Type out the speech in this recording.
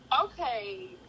Okay